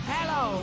Hello